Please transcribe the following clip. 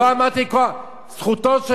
זכותו של נוצרי ודאי,